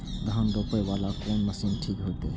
धान रोपे वाला कोन मशीन ठीक होते?